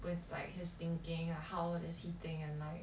with like his thinking and how is he doing and like